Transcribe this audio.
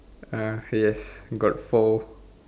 uh yes got four